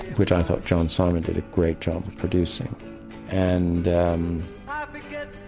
which i thought john simon did a great job of producing and ah but